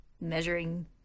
measuring